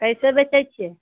कैसे बेचै छियै